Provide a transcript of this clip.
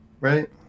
right